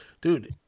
dude